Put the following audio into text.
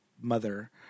mother